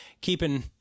keeping